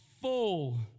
Full